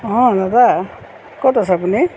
অঁ দাদা ক'ত আছে আপুনি